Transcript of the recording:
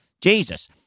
Jesus